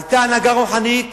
היתה הנהגה רוחנית